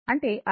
అంటే i